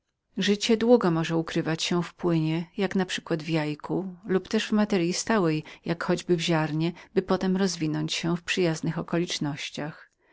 życie długo może ukrywać się w płynie jak naprzykład w jajku lub też w materyi stałej i ztąd dopiero rozwija się w przyjaźnych okolicznościach